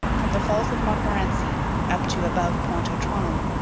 from the falls of montmorency up to above pointe aux trembles,